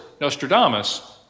Nostradamus